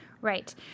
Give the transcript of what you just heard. Right